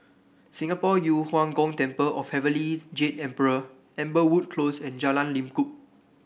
Singapore Yu Huang Gong Temple of Heavenly Jade Emperor Amberwood Close and Jalan Lekub